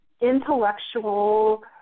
intellectual